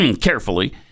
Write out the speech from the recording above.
carefully